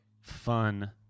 fun